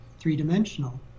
three-dimensional